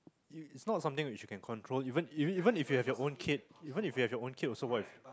it's not something which you can control even even if you have your own kid even if you have your own kid also what if